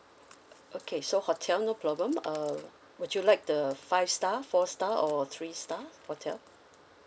okay so hotel no problem uh would you like the five star four star or three star hotel